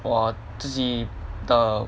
我自己的